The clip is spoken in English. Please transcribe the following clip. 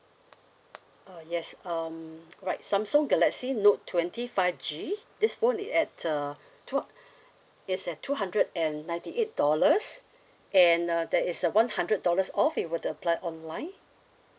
uh yes um right samsung galaxy note twenty five G this phone at uh two h~ it's at two hundred and ninety eight dollars and uh that is a one hundred dollars off if you were to apply online